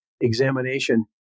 examination